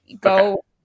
go